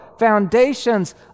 foundations